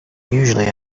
usually